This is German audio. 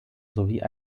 sowie